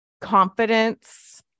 Confidence